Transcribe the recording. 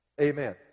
Amen